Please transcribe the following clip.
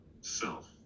self